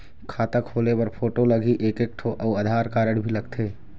खाता खोले बर फोटो लगही एक एक ठो अउ आधार कारड भी लगथे?